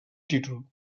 títol